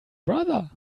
brother